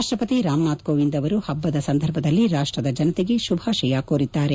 ರಾಷ್ಷಪತಿ ರಾಮನಾಥ್ ಕೋವಿಂದ್ ಅವರು ಪಭ್ಗದ ಸಂದರ್ಭದಲ್ಲಿ ರಾಷ್ಷದ ಜನತೆಗೆ ಶುಭಾಶಯ ಕೋರಿದ್ದಾರೆ